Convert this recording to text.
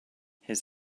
his